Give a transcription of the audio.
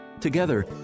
Together